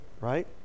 right